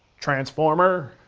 transformer!